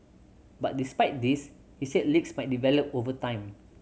but despite this he said leaks might develop over time